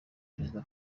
parezida